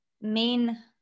main